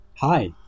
Hi